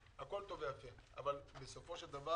הכול טוב ויפה אבל בסופו של דבר